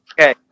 Okay